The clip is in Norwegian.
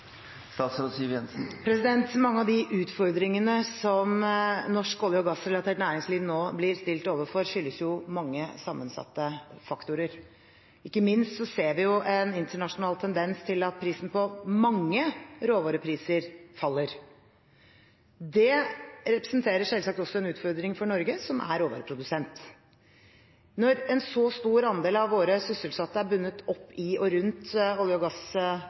Mange av de utfordringene som norsk olje- og gassrelatert næringsliv nå blir stilt overfor, skyldes mange sammensatte faktorer. Ikke minst ser vi en internasjonal tendens til at prisen på mange råvarer faller. Det representerer selvsagt også en utfordring for Norge, som er råvareprodusent. Når en så stor andel av våre sysselsatte er bundet opp i og rundt olje- og